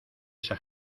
esa